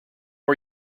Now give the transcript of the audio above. are